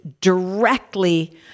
directly